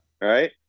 Right